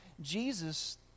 Jesus